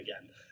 again